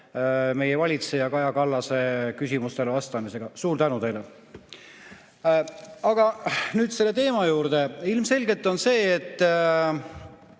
meie valitseja Kaja Kallase küsimustele vastamisega. Suur tänu teile! Aga nüüd selle teema juurde. Ilmselgelt on sedasi, et